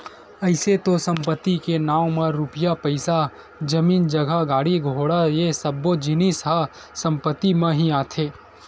अइसे तो संपत्ति के नांव म रुपया पइसा, जमीन जगा, गाड़ी घोड़ा ये सब्बो जिनिस ह संपत्ति म ही आथे